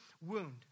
wound